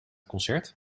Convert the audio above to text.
concert